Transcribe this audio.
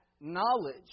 knowledge